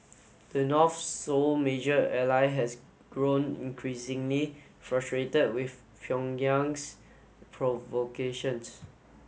the North's sole major ally has grown increasingly frustrated with Pyongyang's provocations